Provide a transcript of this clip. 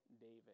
David